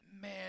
man